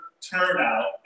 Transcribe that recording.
turnout